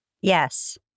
Yes